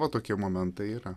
va tokie momentai yra